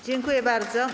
Dziękuję bardzo.